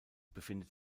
befindet